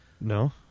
No